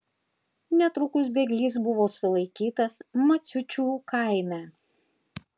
netrukus bėglys buvo sulaikytas maciučių kaime